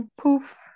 poof